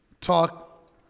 talk